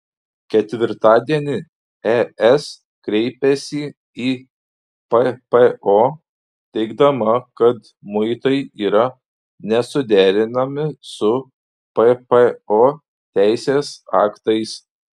ketvirtadienį es kreipėsi į ppo teigdama kad muitai yra nesuderinami su ppo teisės aktais